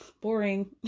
Boring